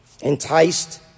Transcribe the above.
enticed